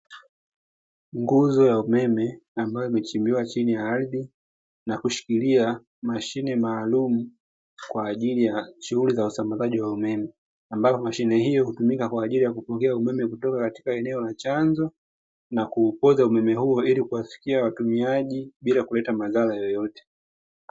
Nguzo ya umeme ambayo imechimbiwa chini ya ardhi na kushikiria mashine maalumu kwa ajili ya shughuli za usambazaji wa umeme, ambapo mashine hiyo hutumika kwa ajili ya kupitisha umeme kutoka katika eneo la chanzo na kuupoza umeme huo ili kuwafikia watumiaji bila kuleta madhara ya aina yoyote.